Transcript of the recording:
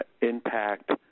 impact